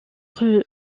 rue